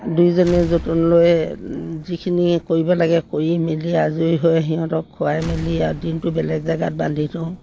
দুয়োজনে যতন লৈ যিখিনি কৰিব লাগে কৰি মেলি আজৰি হৈ সিহঁতক খোৱাই মেলি আৰু দিনটো বেলেগ জেগাত বান্ধি থওঁ